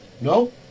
No